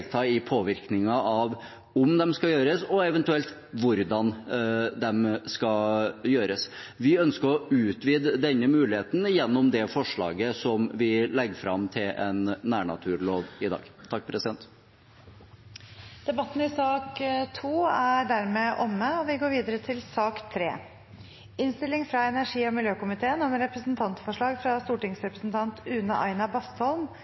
i påvirkningen av om de skal gjøres, og eventuelt hvordan de skal gjøres. Vi ønsker å utvide denne muligheten gjennom det forslaget til en nærnaturlov som vi legger fram i dag. Flere har ikke bedt om ordet til sak nr. 2. Etter ønske fra energi- og miljøkomiteen